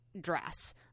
dress